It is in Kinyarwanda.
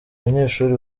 banyeshuri